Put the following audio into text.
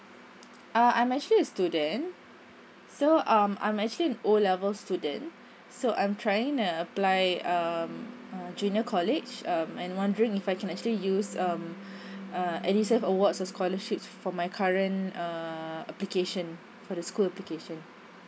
uh I'm actually a student so um I'm actually O level student so I'm trying to apply um uh junior college um and wondering if I can actually use um uh edusave awards and scholarships for my current uh application for the school application